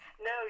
No